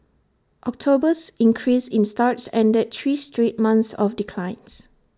October's increase in starts ended three straight months of declines